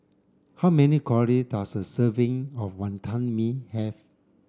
how many calorie does a serving of Wantan Mee have